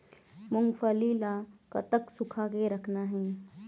मूंगफली ला कतक सूखा के रखना हे?